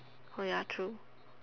ya true